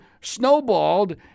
snowballed